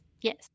Yes